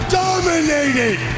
dominated